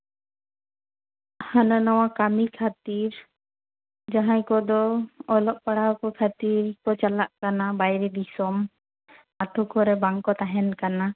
ᱦᱟᱱᱟ ᱱᱟᱣᱟ ᱠᱟᱹᱢᱤ ᱠᱷᱟᱹᱛᱤᱨ ᱡᱟᱦᱟᱸᱭ ᱠᱚᱫᱚ ᱚᱞᱚᱜ ᱯᱟᱲᱦᱟᱣ ᱠᱚ ᱠᱷᱟᱹᱛᱤᱨ ᱪᱟᱞᱟᱜ ᱠᱟᱱᱟ ᱵᱟᱭᱨᱮ ᱫᱤᱥᱚᱢ ᱟᱛᱳ ᱠᱚᱨᱮ ᱵᱟᱝᱠᱚ ᱛᱟᱦᱮᱱ ᱠᱟᱱᱟ